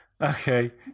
okay